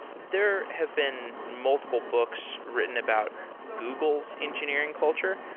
there have been multiple books written about google s engineering culture.